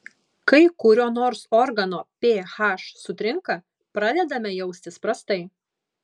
kai kurio nors organo ph sutrinka pradedame jaustis prastai